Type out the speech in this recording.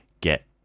get